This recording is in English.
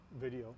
video